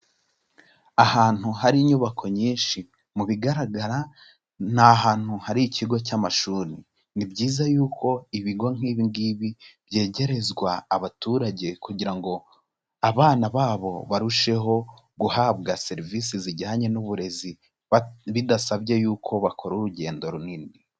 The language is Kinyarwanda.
Ahantu hari inyubako nyinshi, mu bigaragara ni ahantu hari ikigo cy'amashuri, ni byiza yuko ibigo nk'ibi ngibi byegerezwa abaturage kugira ngo abana babo barusheho guhabwa serivisi zijyanye n'uburezi bidasabye yuko bakora urugendo runini.